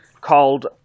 called